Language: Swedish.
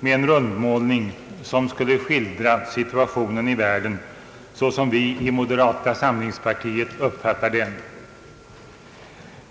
med en rundmålning som skulle skildra situationen i världen såsom vi i moderata samlingspartiet uppfattar den.